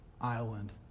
island